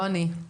לא אני.